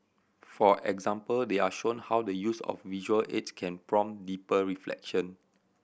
for example they are shown how the use of visual aids can prompt deeper reflection